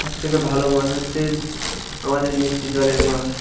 সব থেকে ভালো মাছ হচ্ছে আমাদের মিষ্টি জলের মাছ